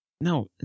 No